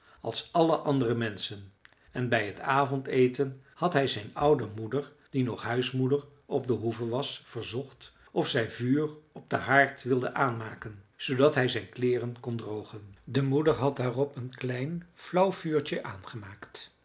als alle andere menschen en bij het avondeten had hij zijn oude moeder die nog huismoeder op de hoeve was verzocht of zij vuur op den haard wilde aanmaken zoodat hij zijn kleeren kon drogen de moeder had daarop een klein flauw vuurtje aangemaakt